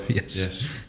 Yes